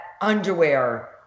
underwear